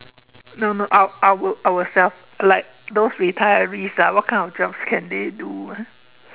no no our~ our~ ourselves like those retirees ah what kind of jobs can they do ah